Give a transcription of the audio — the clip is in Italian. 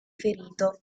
ferito